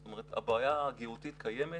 זאת אומרת הבעיה הגהותית קיימת.